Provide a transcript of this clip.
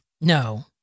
No